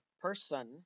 person